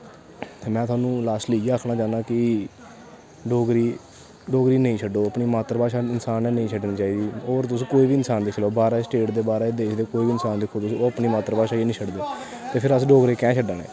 में में तोआनू लास्टली इयां आक्खनां चाह्ना कि डोगरी नेंई शड्डो अपनी मात्तर भाशा इंसान नै नेंई छड्डनी चाही दी और तुस कोई बी इंसान दिक्खी लैओ बाह्रा दी स्टेट दे बाह्रा दे देश दे कोई बी इंसान दिक्खो तुस ओह् अपनी मात्तर भाशा गी नी शड्डदे ते फिर अस डोगरे कैं शड्डा ने